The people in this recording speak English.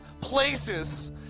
places